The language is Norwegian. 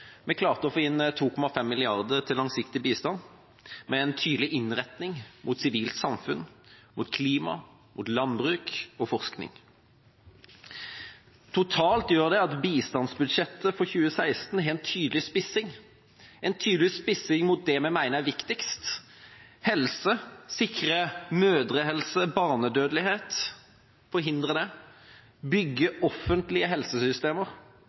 Vi klarte å få inn 2,5 mrd. kr til langsiktig bistand, med en tydelig innretning mot sivilt samfunn, mot klima, mot landbruk og mot forskning. Totalt gjør det at bistandsbudsjettet for 2016 har en tydelig spissing mot det vi mener er viktigst: sikre mødrehelse, forhindre barnedødelighet, bygge offentlige helsesystemer